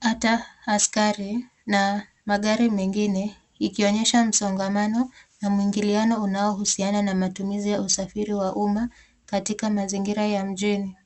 hata askari na magari mengine ikionyesha msongamano na mwingiliano unaohusiana na usafiri wa umma katika mazingira ya mjini.